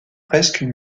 fresques